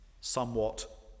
somewhat